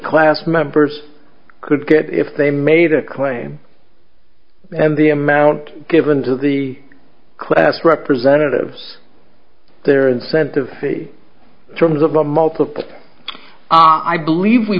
class members could get if they made a claim and the amount given to the class representatives their incentive terms of the multiple i believe we